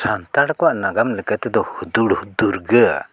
ᱥᱟᱱᱛᱟᱲ ᱠᱚᱣᱟᱜ ᱱᱟᱜᱟᱢ ᱞᱮᱠᱟᱛᱮ ᱦᱩᱫᱩᱲ ᱫᱩᱨᱜᱟᱹ